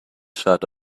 shut